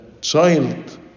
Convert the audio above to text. child